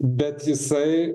bet jisai